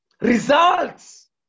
results